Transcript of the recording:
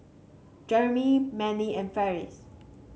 Jeremy Manly and Farris